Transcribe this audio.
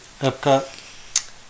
Epcot